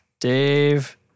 Dave